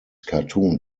cartoon